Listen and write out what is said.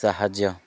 ସାହାଯ୍ୟ